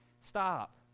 Stop